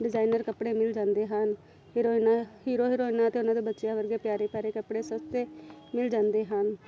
designer ਕੱਪੜੇ ਮਿਲ ਜਾਂਦੇ ਹਨ ਹੀਰੋਇਨਾਂ ਹੀਰੋ ਹੀਰੋਇਨਾਂ ਅਤੇ ਉਹਨਾਂ ਦੇ ਬੱਚਿਆਂ ਵਰਗੇ ਪਿਆਰੇ ਪਿਆਰੇ ਕੱਪੜੇ ਸਸਤੇ ਮਿਲ ਜਾਂਦੇ ਹਨ